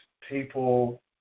people